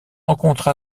rencontre